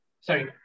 Sorry